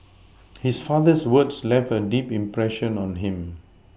his father's words left a deep impression on him